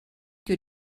que